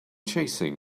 chasing